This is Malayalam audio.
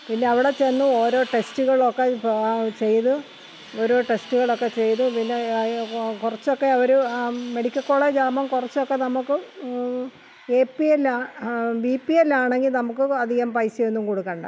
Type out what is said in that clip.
പിന്നെ അവിടെ ചെന്ന് ഓരോ ടെസ്റ്റുകളൊക്കെ ചെയ്ത് ഓരോ ടെസ്റ്റുകളൊക്കെ ചെയ്ത് പിന്നെ കുറച്ചൊക്കെ അവർ ആ മെഡിക്കൽ കോളേജാകുമ്പം കുറച്ചൊക്കെ നമുക്ക് എ പി എല്ലാ ബി പി എല്ലാമാണെങ്കിൽ നമുക്ക് അധികം പൈസയൊന്നും കൊടുക്കേണ്ട